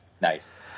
Nice